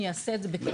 אני אעשה את זה בקיצור.